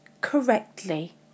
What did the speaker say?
correctly